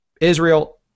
Israel